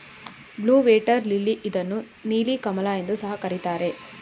blue water lily ಇದನ್ನು ನೀಲಿ ಕಮಲ ಎಂದು ಸಹ ಕರಿತಾರೆ